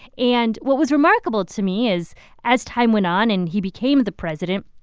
and what was remarkable to me is as time went on and he became the president,